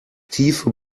tiefe